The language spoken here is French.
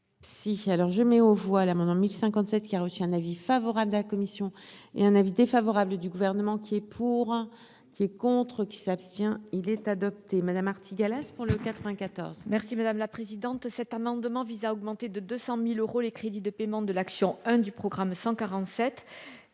Si, alors je mets aux voix l'amendement 1057 qui a reçu un avis favorable de la commission et un avis défavorable du gouvernement qui est pour, qui est contre qui s'abstient, il est adopté, Madame Artigalas Alès pour le quatre-vingt-quatorze. Merci madame la présidente, cet amendement vise à augmenter de 200000 euros, les crédits de paiement de l'action, hein, du programme 147